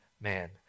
man